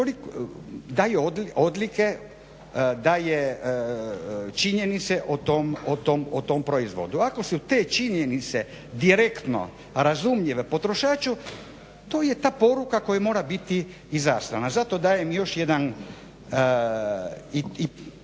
daje odlike, daje činjenice o tom proizvodu. Ako su te činjenice direktno razumljive potrošaču to je ta poruka koja mora biti izaslana. Zato dajem još jedan.